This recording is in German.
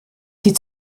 die